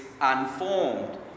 unformed